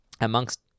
amongst